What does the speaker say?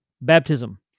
baptism